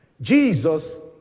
Jesus